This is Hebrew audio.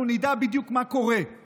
אנחנו נדע בדיוק מה קורה,